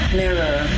mirror